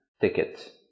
ticket